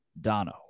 Dono